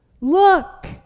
look